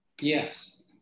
yes